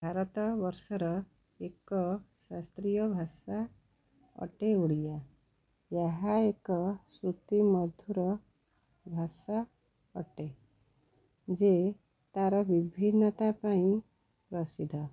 ଭାରତ ବର୍ଷର ଏକ ଶାସ୍ତ୍ରୀୟ ଭାଷା ଅଟେ ଓଡ଼ିଆ ଏହା ଏକ ଶ୍ରୁତିମଧୁର ଭାଷା ଅଟେ ଯେ ତାର ବିଭିନ୍ନତା ପାଇଁ ପ୍ରସିଦ୍ଧ